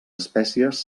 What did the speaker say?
espècies